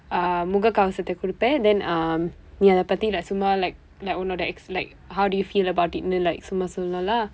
uh முக கவசத்தை கொடுப்பேன்:muka kavasaththai koduppeen then um நீ அதை பற்றி:nii athai parri like சும்மா:summaa like like உன்னோட:unnooda ex~ like how do you feel about it like சும்மா சொல்ல:summa solla lah